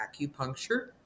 Acupuncture